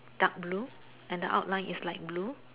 dark blue and the outline is light blue